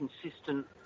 consistent